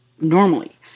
normally